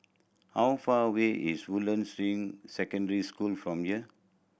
how far away is Woodlands Ring Secondary School from here